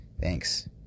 Thanks